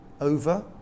over